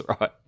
right